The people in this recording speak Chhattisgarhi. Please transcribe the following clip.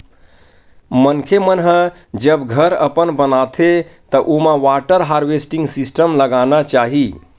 मनखे मन ह जब घर अपन बनाथे त ओमा वाटर हारवेस्टिंग सिस्टम लगाना चाही